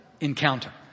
encounter